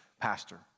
pastor